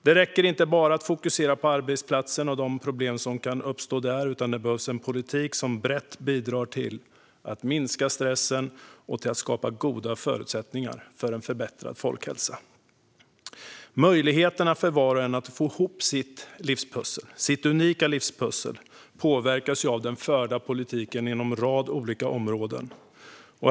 Det räcker inte att bara fokusera på arbetsplatsen och de problem som kan uppstå där. Det behövs en politik som brett bidrar till att minska stressen och till att skapa goda förutsättningar för förbättrad folkhälsa. Möjligheterna för var och en att få ihop sitt unika livspussel påverkas av den förda politiken inom en rad olika områden.